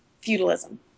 feudalism